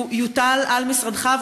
תוטל על משרדך,